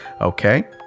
Okay